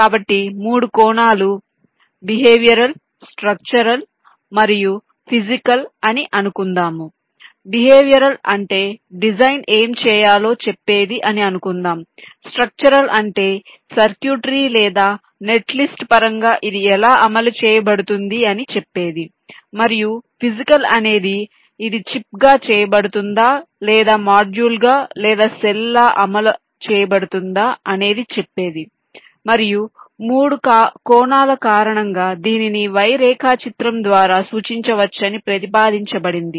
కాబట్టి 3 కోణాలు behavioural structural మరియు ఫిజికల్ అనిఅనుకుందాము బిహేవియరల్ అంటే డిజైన్ ఏమి చేయాలో చెప్పేది అని అనుకుందాం స్ట్రక్చరల్ అంటే సర్క్యూట్రీ లేదా నెట్ లిస్ట్ పరంగా ఇది ఎలా అమలు చేయబడుతుంది అని చెప్పేది మరియు ఫిజికల్ అనేది ఇది చిప్గా చేయబడుతుందా లేదా మాడ్యూల్గా లేదా సెల్ లా అమలు చేయబతుందా అనేది చెప్తుంది మరియు 3 కోణాల కారణంగా దీనిని Y రేఖాచిత్రం ద్వారా సూచించవచ్చని ప్రతిపాదించబడింది